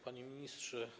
Panie Ministrze!